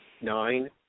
nine